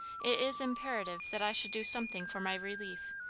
it is imperative that i should do something for my relief,